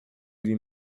lui